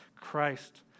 Christ